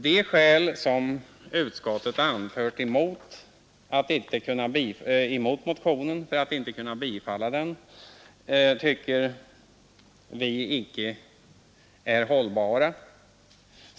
De skäl som utskottet har anfört för sitt avstyrkande av motionerna anser vi inte hållbara.